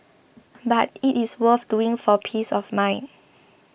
but it is worth doing for peace of mind